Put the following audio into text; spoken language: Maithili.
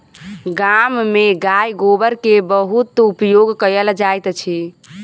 गाम में गाय गोबर के बहुत उपयोग कयल जाइत अछि